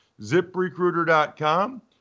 ziprecruiter.com